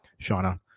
Shauna